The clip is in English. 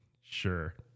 Sure